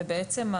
בעצם,